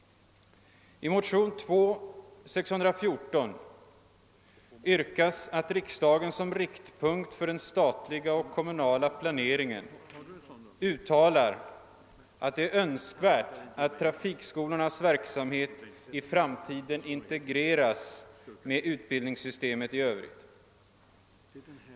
I motionen II: 614 yrkas att riksdagen som riktpunkt för den statliga och kommunala planeringen uttalar det önskvärda i att trafikskolornas verksamhet i framtiden integreras med utbildningssystemet i övrigt.